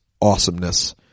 awesomeness